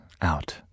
out